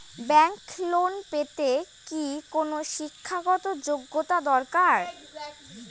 Bank loan পেতে কি কোনো শিক্ষা গত যোগ্য দরকার?